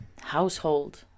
household